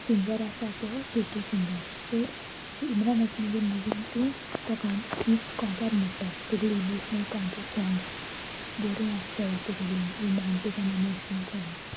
singer आसा तो के के सिंगर तेंच इमरान आश्मीगे मुवी हातूंत तो की कांतार म्हणटा सगलीं इमोशनल कांतार सोंग्स बरी आसतात तागेली रोमेंटीक एंड इमोशनल सोंग्स